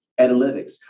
Analytics